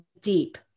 deep